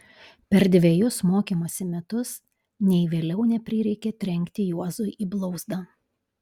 per dvejus mokymosi metus nei vėliau neprireikė trenkti juozui į blauzdą